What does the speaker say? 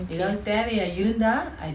okay